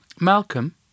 malcolm